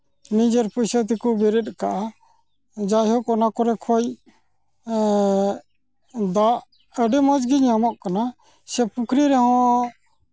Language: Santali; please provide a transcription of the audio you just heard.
ᱱᱤᱡᱮᱨ ᱯᱩᱭᱥᱟ ᱛᱮᱠᱚ ᱵᱮᱨᱮᱫ ᱟᱠᱟᱫᱼᱟ ᱡᱟᱭᱦᱳᱠ ᱚᱱᱟ ᱠᱚᱨᱮ ᱠᱷᱚᱱ ᱫᱟᱜ ᱟᱹᱰᱤ ᱢᱚᱡᱽ ᱜᱮ ᱧᱟᱢᱚᱜ ᱠᱟᱱᱟ ᱥᱮ ᱯᱩᱠᱷᱨᱤ ᱨᱮᱦᱚᱸ